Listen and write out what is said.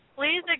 Please